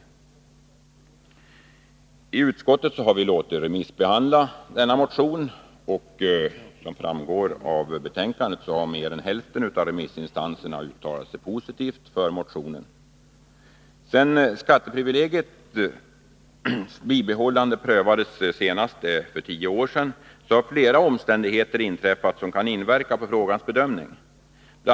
Vi har i utskottet låtit remissbehandla denna motion, och som framgår av betänkandet har mer än hälften av remissinstanserna uttalat sig positivt om motionen. Sedan skatteprivilegiets bibehållande prövades för tio år sedan har flera omständigheter inträffat som kan påverka frågans bedömning. Bl.